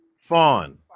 Fawn